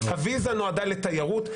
הוויזה נועדה לתיירות.